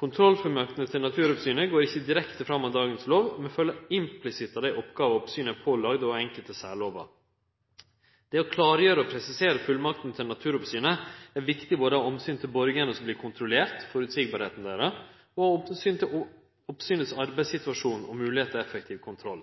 Kontrollfullmaktene til naturoppsynet går ikkje direkte fram av lova i dag, men følgjer implisitt av dei oppgåver oppsynet er pålagde og av enkelte særlover. Det å klargjere og presisere fullmakta til naturoppsynet er viktig både av omsyn til borgarane som blir kontrollerte – at dei har føreseielege vilkår – og av omsyn til oppsynet sin arbeidssituasjon